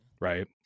right